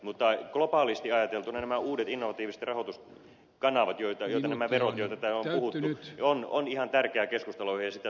mutta globaalisti ajateltuna nämä uudet innovatiiviset rahoituskanavat joita ovat nämä verot joista täällä on puhuttu on ihan tärkeä keskustelunaihe ja sitä suomi vie eteenpäin